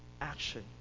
action